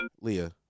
Leah